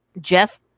Jeff